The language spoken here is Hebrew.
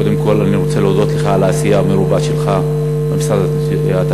קודם כול אני רוצה להודות לך על העשייה המרובה שלך במשרד התיירות,